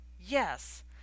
yes